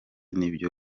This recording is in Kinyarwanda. n’ibyo